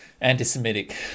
anti-Semitic